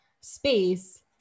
space